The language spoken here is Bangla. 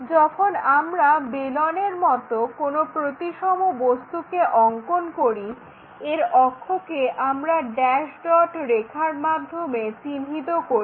যখন আমরা বেলনের মত কোনো প্রতিসম বস্তুকে অঙ্কন করি এর অক্ষকে আমরা ড্যাস্ ডট রেখার মাধ্যমে চিহ্নিত করি